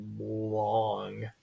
Long